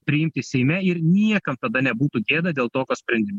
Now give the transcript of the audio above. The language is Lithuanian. priimti seime ir niekam tada nebūtų gėda dėl tokio sprendim